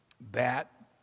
bat